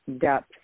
depth